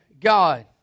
God